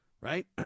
right